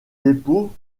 dépôts